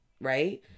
right